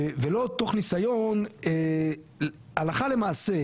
ולא תוך ניסיון הלכה למעשה,